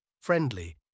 Friendly